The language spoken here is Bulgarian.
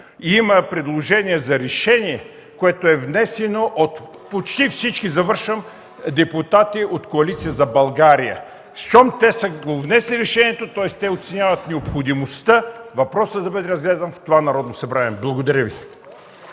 има предложение за решение, внесено от почти всички депутати от Коалиция за България. Щом са внесли решението, те оценяват необходимостта въпросът да бъде разгледан в това Народно събрание. Благодаря Ви.